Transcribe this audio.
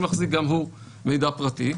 שמחזיק גם הוא מידע פרטי.